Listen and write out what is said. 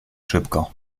szybko